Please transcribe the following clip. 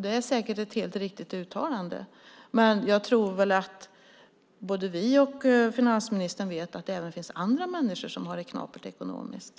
Det är säkert ett helt riktigt uttalande, men jag tror väl att både vi och finansministern vet att det även finns andra människor som har det knapert ekonomiskt.